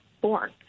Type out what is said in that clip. born